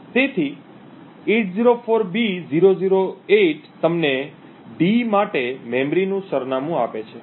તેથી 804B008 તમને d માટે મેમરીનું સરનામું આપે છે